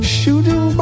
Shooting